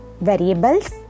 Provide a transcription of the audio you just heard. variables